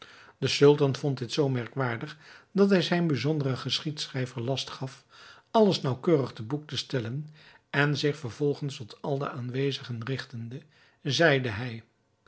de sultan vond dit zoo merkwaardig dat hij zijn bijzonderen geschiedschrijver last gaf alles naauwkeurig te boek te stellen en zich vervolgens tot al de aanwezenden rigtende zeide hij